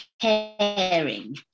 caring